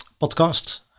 podcast